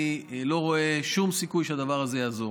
אני לא רואה שום סיכוי שהדבר הזה יעזור.